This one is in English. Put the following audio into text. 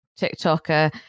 tiktoker